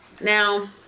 now